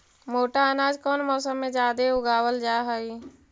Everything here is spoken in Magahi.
मोटा अनाज कौन मौसम में जादे उगावल जा हई?